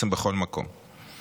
בכל מקום בעצם.